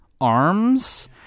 arms